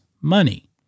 money